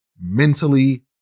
Mentally